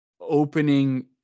opening